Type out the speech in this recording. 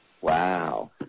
Wow